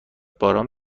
باران